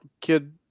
kid